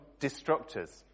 destructors